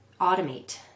automate